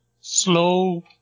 slow